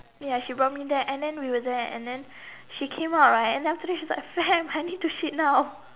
ya she brought me there and then we were there and then she came out right and after that she was like Sam I need to shit now